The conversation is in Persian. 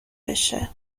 بشه